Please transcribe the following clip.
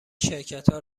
شرکتها